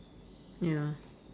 ya